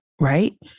Right